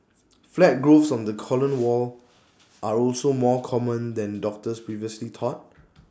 flat growths on the colon wall are also more common than doctors previously thought